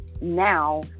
now